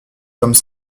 comme